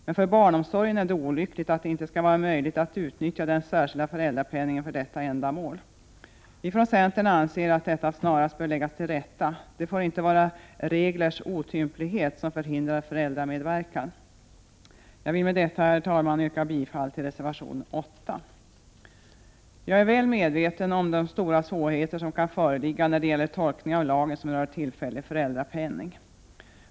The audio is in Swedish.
Men för barnomsorgen är det olyckligt att det inte skall vara möjligt att utnyttja den särskilda föräldrapenningen för detta ändamål. Vi från centern anser att detta snarast bör läggas till rätta — det får inte vara reglers otymplighet som förhindrar föräldramedverkan. Jag vill med detta, herr talman, yrka bifall till reservation 8. Jag är väl medveten om de stora svårigheter som kan föreligga när det gäller tolkning av lagbestämmelserna om tillfällig föräldrapenning.